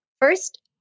First